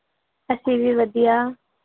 ਅਸੀਂ ਵੀ ਵਧੀਆ